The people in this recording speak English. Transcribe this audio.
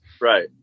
Right